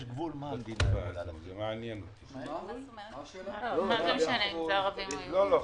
מה זה משנה אם אלה יהודים או ערבים?